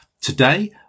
Today